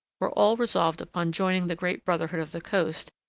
were all resolved upon joining the great brotherhood of the coast,